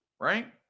Right